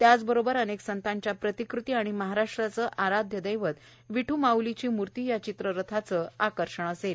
त्याचबरोबर अनेक संतांच्या प्रतिकृती आणि महाराष्ट्राचं आराध्य दैवत विठ् माऊलीची मूर्ती या चित्ररथाचं आकर्षण असेल